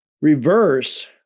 reverse